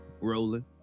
rolling